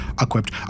equipped